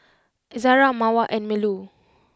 Izara Mawar and Melur